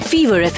Fever